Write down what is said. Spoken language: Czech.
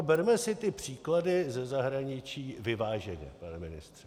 Berme si ty příklady ze zahraničí vyváženě, pane ministře.